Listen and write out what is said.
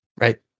right